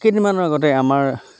কেইদিনমানৰ আগতে আমাৰ